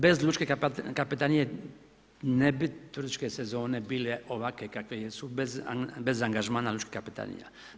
Bez lučke kapetanije ne bi turističke sezone bile ovakve kakve jesu, bez angažmana lučke kapetanije.